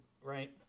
Right